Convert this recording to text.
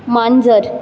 मांजर